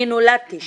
אני נולדתי שם,